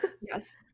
Yes